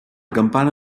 campana